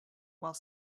while